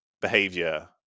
behavior